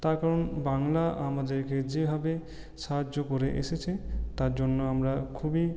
তার কারণ বাংলা আমাদেরকে যেভাবে সাহায্য করে এসেছে তার জন্য আমরা খুবই